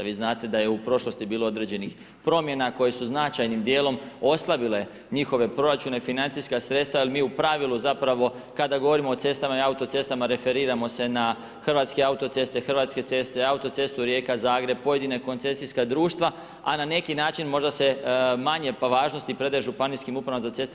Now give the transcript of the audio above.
A vi znate da je u prošlosti bilo određenih promjena koje su značajnim dijelom oslabile njihove proračune i financijska sredstva ali mi u pravilu zapravo kada govorimo o cestama i autocestama referiramo se na Hrvatske autoceste, Hrvatske ceste, autocestu Rijeka-Zagreb, pojedina koncesijska društva a na neki način možda se manje po važnosti predaje županijskim upravama za ceste.